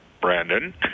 Brandon